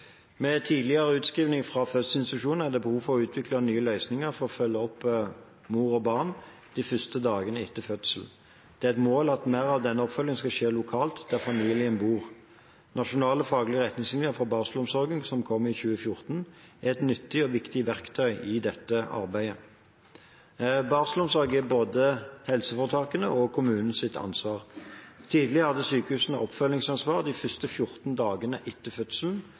Med tidligere utskrivning fra fødeinstitusjonene er det behov for å utvikle nye løsninger for å følge opp mor og barn de første dagene etter fødselen. Det er et mål at mer av denne oppfølgingen skal skje lokalt der familien bor. Nasjonal faglig retningslinje for barselomsorgen, som kom i 2014, er et nyttig og viktig verktøy i dette arbeidet. Barselomsorg er både helseforetakenes og kommunenes ansvar. Tidligere hadde sykehusene oppfølgingsansvar de første 14 dagene etter fødselen,